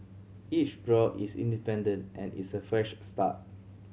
each draw is independent and is a fresh start